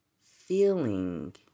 feeling